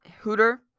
Hooter